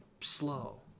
slow